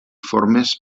formes